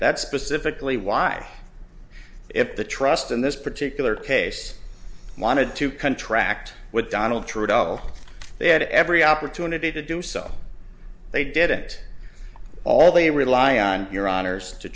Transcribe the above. that's specifically why if the trust in this particular case wanted to contract with donald through dol they had every opportunity to do so they didn't all they rely on your honors to